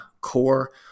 core